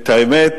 את האמת,